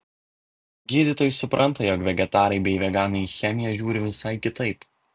gydytojai supranta jog vegetarai bei veganai į chemiją žiūri visai kitaip